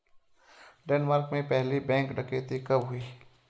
Denmark में पहली bank डकैती कब हुई थी?